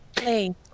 Hey